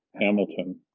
Hamilton